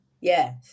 Yes